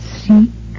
seek